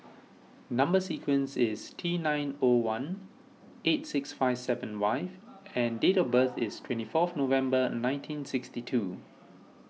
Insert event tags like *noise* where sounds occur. Number Sequence is T nine O one eight six five seven *unintelligible* and date of birth is twenty fourth November nineteen sixty two